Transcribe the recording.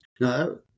No